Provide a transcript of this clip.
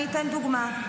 אני אתן דוגמה.